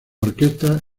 orquestas